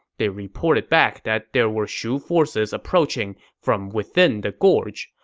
they reported back that there were shu forces approaching from within the gorge.